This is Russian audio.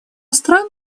стран